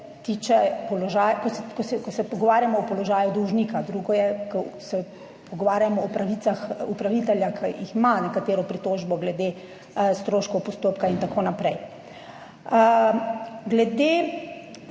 ko se pogovarjamo o položaju dolžnika, drugo je, ko se pogovarjamo o pravicah upravitelja, ki jih ima, na pritožbo glede stroškov postopka in tako naprej. Glede